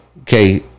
okay